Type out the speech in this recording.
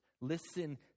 listen